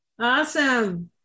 Awesome